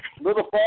little